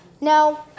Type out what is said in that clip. No